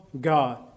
God